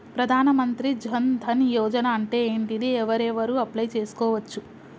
ప్రధాన మంత్రి జన్ ధన్ యోజన అంటే ఏంటిది? ఎవరెవరు అప్లయ్ చేస్కోవచ్చు?